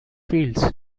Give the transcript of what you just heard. fields